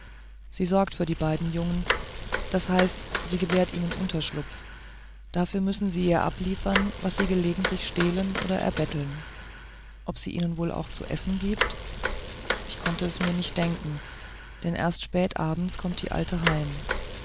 sie sorgt für die beiden jungen das heißt sie gewährt ihnen unterkunft dafür müssen sie ihr abliefern was sie gelegentlich stehlen oder erbetteln ob sie ihnen wohl auch zu essen gibt ich konnte es mir nicht denken denn erst spät abends kommt die alte heim